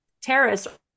terrorists